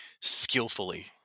skillfully